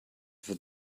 for